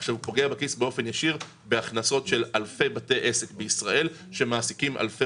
זה פוגע בהכנסות של אלפי בתי עסק בישראל שמעסיקים אלפי